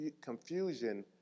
confusion